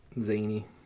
zany